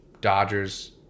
Dodgers